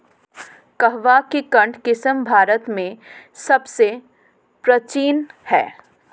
कहवा की केंट किस्म भारत में सबसे प्राचीन है